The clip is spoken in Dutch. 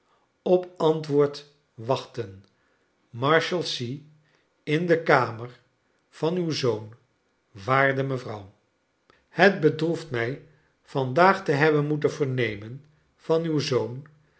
op antwoord wachten marshalsea in de kamer van uw zoon waarde mevrouw het bedroeft mij vandaag te hebben moeten vernemen van uw zoon